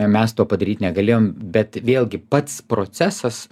mes to padaryt negalėjom bet vėlgi pats procesas